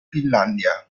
finlandia